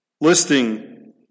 listing